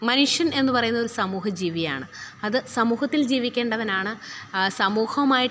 മനുഷ്യന് എന്നുപറയുന്നതൊരു സമൂഹജീവിയാണ് അത് സമൂഹത്തില് ജീവിക്കേണ്ടവനാണ് സമൂഹമായിട്ട്